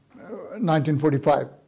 1945